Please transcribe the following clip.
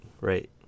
right